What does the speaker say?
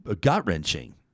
gut-wrenching